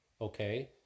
okay